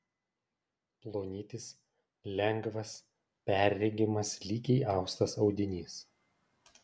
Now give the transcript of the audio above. plonytis lengvas perregimas lygiai austas audinys